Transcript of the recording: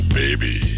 baby